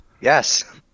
Yes